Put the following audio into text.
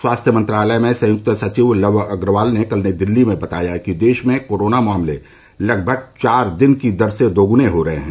स्वास्थ्य मंत्रालय में संयुक्त सचिव लव अग्रवाल ने कल नई दिल्ली में बताया कि देश में कोरोना मामले लगभग चार दिन की दर से दोगुने हो रहे हैं